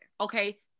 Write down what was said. okay